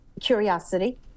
curiosity